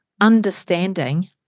understanding